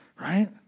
right